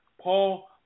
Paul